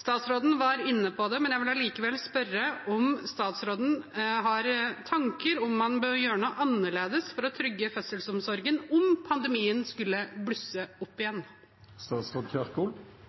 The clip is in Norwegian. Statsråden var inne på det, men jeg vil likevel spørre om statsråden har tanker om man bør gjøre noe annerledes for å trygge fødselsomsorgen om pandemien skulle blusse opp